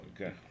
okay